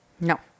no